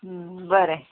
बरें